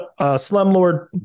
slumlord